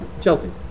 Chelsea